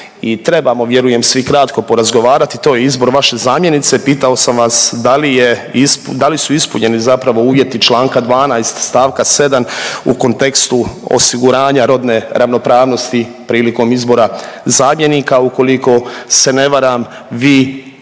trebamo vjerujem svi kratko porazgovarati. To je izbor vaše zamjenice. Pitao sam vas da li je isp… da li su ispunjeni zapravo uvjeti Članka 12. stavka 7. u kontekstu osiguranja rodne ravnopravnosti prilikom izbora zamjenika. Ukoliko se ne varam vi